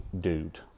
dude